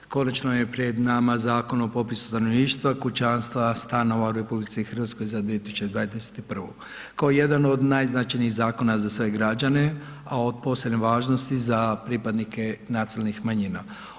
Konačno je pred nama Zakon o popisu stanovništva, kućanstava, stanova u RH za 2021. kao jedan od najznačajnijih zakona za sve građane, a od posebne važnosti za pripadnike nacionalnih manjina.